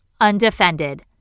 undefended